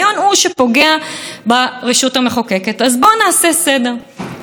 בית המשפט העליון שלנו הוא אחד מהמרוסנים בעולם.